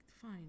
fine